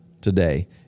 today